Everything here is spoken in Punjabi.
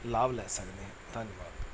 ਲਾਭ ਲੈ ਸਕਦੇ ਹਾਂ ਧੰਨਵਾਦ